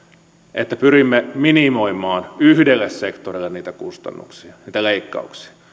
että pyrimme minimoimaan yhdelle sektorille niitä kustannuksia ja niitä leikkauksia